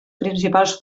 principals